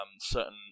certain